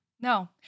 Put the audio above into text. No